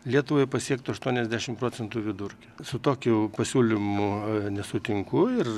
lietuvai pasiektų aštuoniasdešim procentų vidurkio su tokiu pasiūlymu nesutinku ir